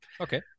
Okay